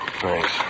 Thanks